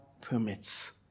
permits